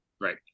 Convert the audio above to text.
right